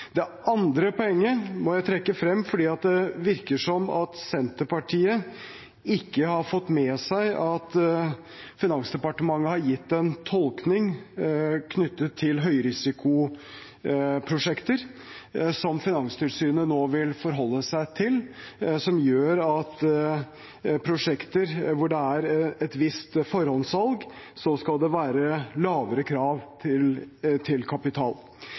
Det andre poenget må jeg trekke frem fordi det virker som at Senterpartiet ikke har fått med seg at Finansdepartementet har gitt en tolkning knyttet til høyrisikoprosjekter, som Finanstilsynet nå vil forholde seg til, som gjør at når det er prosjekter hvor det er et visst forhåndssalg, skal det være lavere krav til kapital. Når representanten Ingrid Heggø får seg til